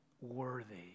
worthy